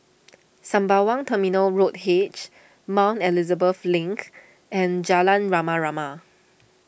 Sembawang Terminal Road H Mount Elizabeth Link and Jalan Rama Rama